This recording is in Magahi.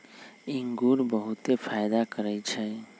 इंगूर बहुते फायदा करै छइ